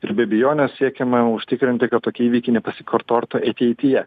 ir be abejonės siekiama užtikrinti kad tokie įvykiai nepasikartotų ateityje